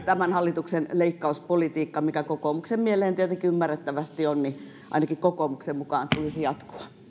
tämän hallituksen leikkauspolitiikan mikä kokoomuksen mieleen tietenkin ymmärrettävästi on ainakin kokoomuksen mukaan tulisi jatkua